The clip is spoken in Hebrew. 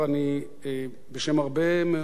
בשם הרבה מאוד ישראלים,